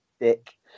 dick